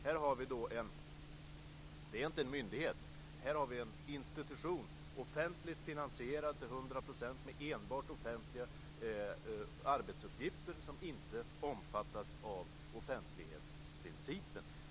Här har vi då en institution, offentligt finansierad till 100 % och med enbart offentliga arbetsuppgifter, som inte omfattas av offentlighetsprincipen.